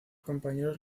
compañeros